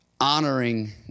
honoring